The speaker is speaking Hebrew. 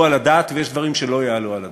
על הדעת ויש דברים שלא יעלו על הדעת.